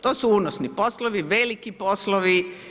To su unosni poslovi, veliki poslovi.